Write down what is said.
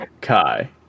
Kai